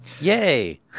yay